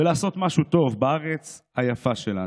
ולעשות משהו טוב בארץ היפה שלנו.